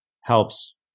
helps